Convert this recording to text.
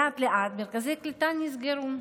לאט-לאט מרכזי קליטה נסגרו.